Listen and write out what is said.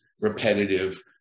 repetitive